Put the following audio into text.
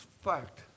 fact